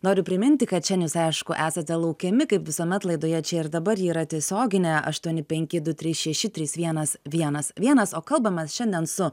noriu priminti kad šian jūs eišku esate laukiami kaip visuomet laidoje čia ir dabar ji yra tiesioginė aštuoni penki du trys šeši trys vienas vienas vienas o kalbamės šiandien su